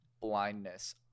blindness